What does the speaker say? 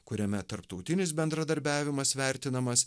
kuriame tarptautinis bendradarbiavimas vertinamas